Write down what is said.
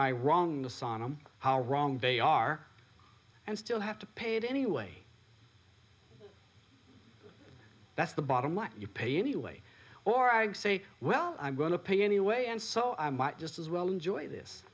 my wrong to sonam how wrong they are and still have to pay it anyway that's the bottom what you pay anyway or i say well i'm going to pay anyway and so i might just as well enjoy this